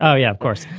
um yeah, of course.